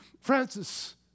Francis